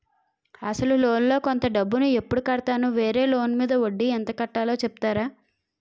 అసలు లోన్ లో కొంత డబ్బు ను ఎప్పుడు కడతాను? వేరే లోన్ మీద వడ్డీ ఎంత కట్తలో చెప్తారా?